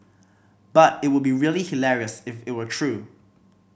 but it would be really hilarious if it were true